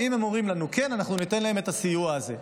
אם הם אומרים לנו "כן", ניתן להם את הסיוע הזה.